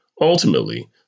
ultimately